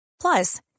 Plus